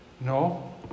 no